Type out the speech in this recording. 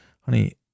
honey